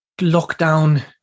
lockdown